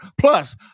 Plus